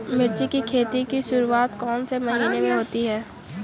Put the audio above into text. मिर्च की खेती की शुरूआत कौन से महीने में होती है?